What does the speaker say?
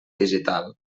digital